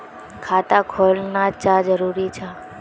खाता खोलना चाँ जरुरी जाहा?